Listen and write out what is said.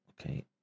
Okay